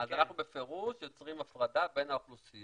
אז אנחנו בפירוש יוצרים הפרדה בין האוכלוסיות,